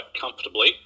comfortably